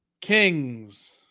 Kings